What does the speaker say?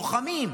לוחמים,